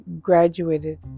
graduated